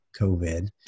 COVID